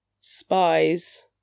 spies